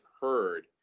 heard